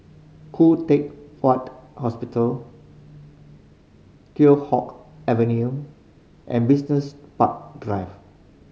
Khoo Teck Puat Hospital Teow Hock Avenue and Business Park Drive